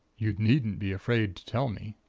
you needn't be afraid to tell me